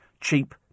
Cheap